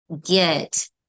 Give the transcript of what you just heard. get